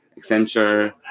Accenture